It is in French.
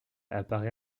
apparait